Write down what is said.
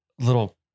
Little